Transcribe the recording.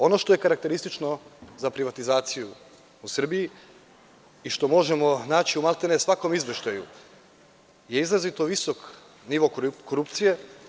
Ono što je karakteristično za privatizacije u Srbiji i što možemo naći maltene u svakom izveštaju, jeste izrazito visok nivo korupcije.